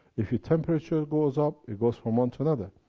if your temperature goes up, it goes from one to another.